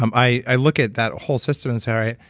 um i i look at that whole system and say, all right.